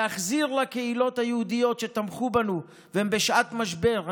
להחזיר לקהילות היהודית שתמכו בנו והן בשעת משבר.